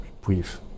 brief